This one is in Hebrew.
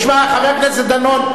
חבר הכנסת דנון,